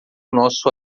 nosso